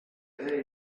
piti